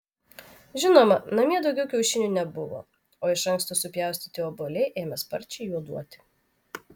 žinoma namie daugiau kiaušinių nebuvo o iš anksto supjaustyti obuoliai ėmė sparčiai juoduoti